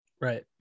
Right